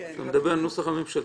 אני מדבר על הנוסח הממשלתי.